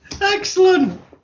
Excellent